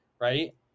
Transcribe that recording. right